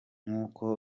nkuko